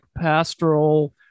pastoral